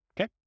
okay